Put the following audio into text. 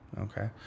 okay